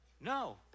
No